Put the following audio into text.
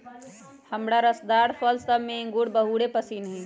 हमरा रसदार फल सभ में इंगूर बहुरे पशिन्न हइ